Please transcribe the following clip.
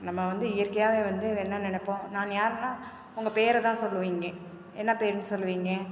நம்ம வந்து இயற்கையாகவே வந்து என்ன நினைப்போம் நான் யார்னால் உங்கள் பேரை தான் சொல்லுவிங்க என்ன பேர்னு சொல்லுவிங்க